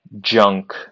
Junk